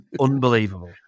Unbelievable